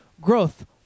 growth